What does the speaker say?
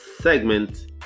segment